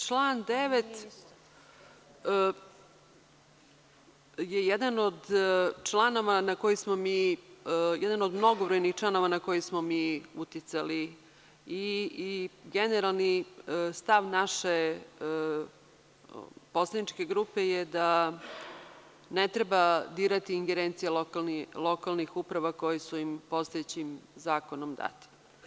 Član 9. je jedan od mnogobrojnih članova na koje smo mi uticali i generalni stav naše poslaničke grupe je da ne treba dirati ingerencije lokalnih uprava koje su im postojećim zakonom date.